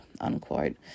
unquote